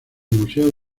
museo